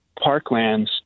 parklands